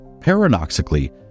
Paradoxically